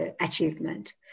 achievement